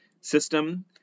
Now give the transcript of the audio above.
system